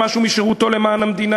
חוק ועדות